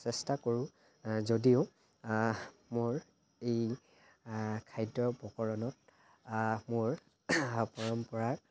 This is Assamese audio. চেষ্টা কৰোঁ যদিও মোৰ এই খাদ্যৰ প্ৰকৰণত মোৰ পৰম্পৰা